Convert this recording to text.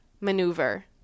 maneuver